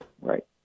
Right